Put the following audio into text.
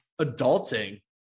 Adulting